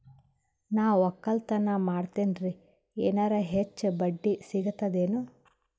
ನಾ ಒಕ್ಕಲತನ ಮಾಡತೆನ್ರಿ ಎನೆರ ಹೆಚ್ಚ ಬಡ್ಡಿ ಸಿಗತದೇನು?